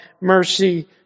mercy